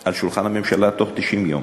על שולחן הממשלה תוך 90 יום,